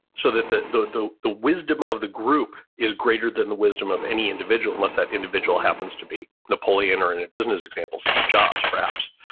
so that the, the, the, the wisdom of the group is greater than the wisdom of any individual unless that individual happens to be napoleon or in a business example, steve jobs perhaps.